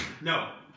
no